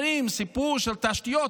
אומרים סיפור של תשתיות,